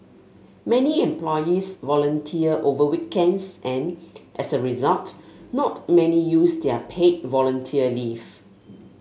many employees volunteer over weekends and as a result not many use their paid volunteer leave